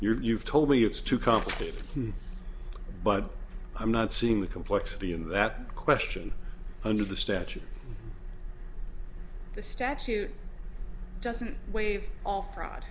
you've told me it's too complicated but i'm not seeing the complexity of that question under the statute the statute doesn't waive all fraud